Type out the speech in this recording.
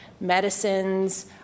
medicines